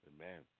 Amen